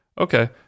okay